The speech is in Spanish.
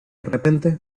repente